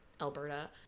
Alberta